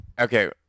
Okay